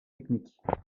techniques